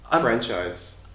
franchise